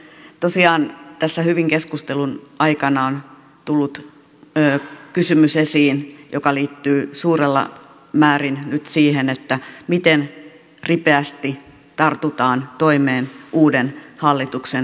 tosiaan tässä keskustelun aikana on hyvin tullut esiin kysymys joka liittyy suuressa määrin nyt siihen miten ripeästi tartutaan toimeen uuden hallituksen toimesta